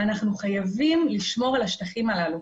אנחנו חייבים לשמור על השטחים הללו.